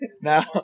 Now